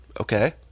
Okay